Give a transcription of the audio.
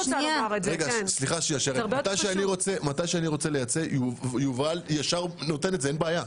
מתי שאני רוצה לייצא, יובל ישר נותן ואין בעיה.